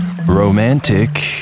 romantic